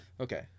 Okay